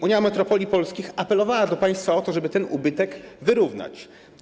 Unia Metropolii Polskich apelowała do państwa o to, żeby ten ubytek wyrównać.